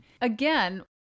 again